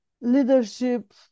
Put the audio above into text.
leadership